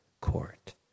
Court